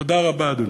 תודה רבה, אדוני.